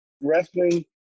wrestling